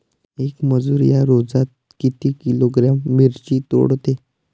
येक मजूर या रोजात किती किलोग्रॅम मिरची तोडते?